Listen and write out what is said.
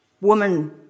woman